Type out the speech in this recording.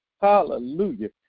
Hallelujah